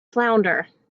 flounder